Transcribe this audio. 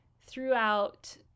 throughout